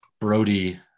Brody